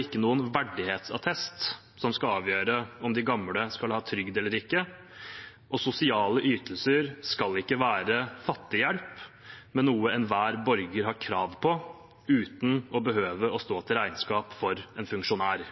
ikke noen verdighetsattest som skal avgjøre om de gamle skal ha trygd eller ikke, og sosiale ytelser skal ikke være fattighjelp, men noe enhver borger har krav på uten å behøve å stå til regnskap for en funksjonær.»